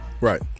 Right